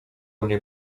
mnie